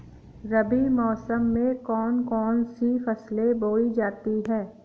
रबी मौसम में कौन कौन सी फसलें बोई जाती हैं?